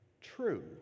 true